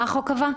מה החוק קבע?